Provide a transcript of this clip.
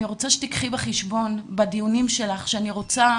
אני רוצה שתיקחי בחשבון בדיונים שלך שאני רוצה,